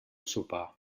sopar